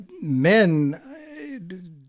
men